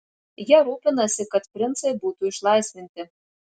jie rūpinasi kad princai būtų išlaisvinti